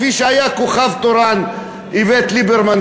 כפי שהיה הכוכב התורן איווט ליברמן,